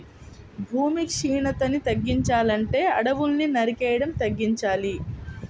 భూమి క్షీణతని తగ్గించాలంటే అడువుల్ని నరికేయడం తగ్గించాలి